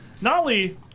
Nolly